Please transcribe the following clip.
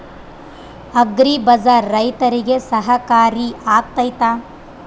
Agri bazaar ರೈತರಿಗೆ ಸಹಕಾರಿ ಆಗ್ತೈತಾ?